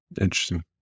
Interesting